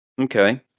Okay